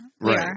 Right